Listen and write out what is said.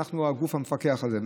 ואנחנו הגוף המפקח עליהם.